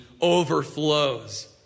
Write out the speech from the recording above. overflows